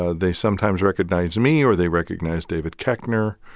ah they sometimes recognize me, or they recognize david koechner,